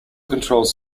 controls